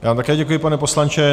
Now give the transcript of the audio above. Já také děkuji, pane poslanče.